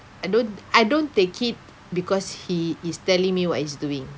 I don't I don't take it because he is telling me what he's doing